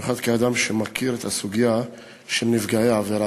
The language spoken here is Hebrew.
במיוחד כאדם שמכיר את הסוגיה של נפגעי עבירה.